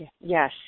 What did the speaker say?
Yes